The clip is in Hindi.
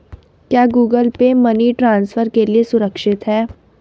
क्या गूगल पे मनी ट्रांसफर के लिए सुरक्षित है?